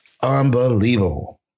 Unbelievable